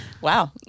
wow